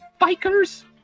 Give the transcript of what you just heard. Bikers